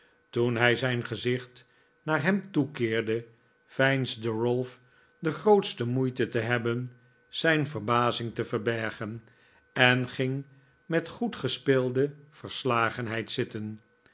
toen hij zijn gezicht naar hem toekeerde veinsde ralph de grootste moeite te hebben zijn verbazing te verbergen en ging met goed gespeelde verslagenheid zitten